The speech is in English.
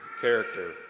character